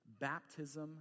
baptism